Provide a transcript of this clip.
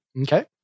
Okay